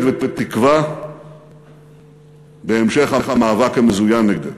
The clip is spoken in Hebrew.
ותקווה בהמשך המאבק המזוין נגדנו.